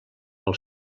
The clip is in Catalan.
pel